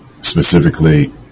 Specifically